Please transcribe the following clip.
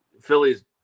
Philly's